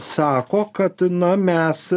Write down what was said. sako kad na mes